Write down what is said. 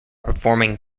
performing